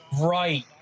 Right